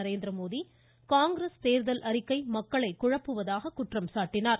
நரேந்திரமோடி காங்கிரஸ் தேர்தல் அறிக்கை மக்களை குழப்புவதாக குற்றம் சாட்டினார்